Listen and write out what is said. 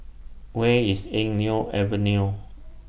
Where IS Eng Neo Avenue